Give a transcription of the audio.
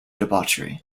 debauchery